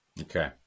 Okay